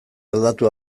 aldatu